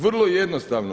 Vrlo jednostavno.